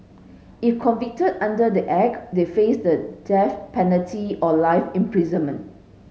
if convicted under the Act they faced the death penalty or life imprisonment